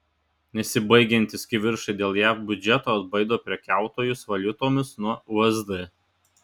nesibaigiantys kivirčai dėl jav biudžeto atbaido prekiautojus valiutomis nuo usd